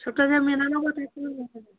সবটা কেন মেনে নেব তুমি